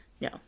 No